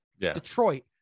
detroit